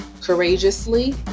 courageously